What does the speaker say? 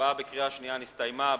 ההצבעה בקריאה שנייה נסתיימה.